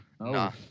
No